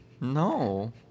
No